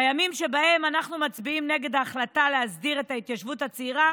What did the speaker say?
בימים שבהם אנחנו מצביעים נגד ההחלטה להסדיר את ההתיישבות הצעירה,